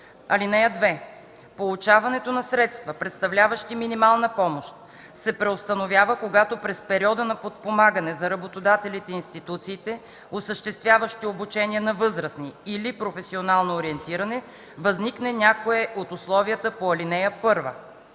(2) Получаването на средства, представляващи минимална помощ, се преустановява, когато през периода на подпомагане за работодателите и институциите, осъществяващи обучение на възрастни или професионално ориентиране, възникне някое от условията по ал.1.